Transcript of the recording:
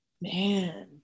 man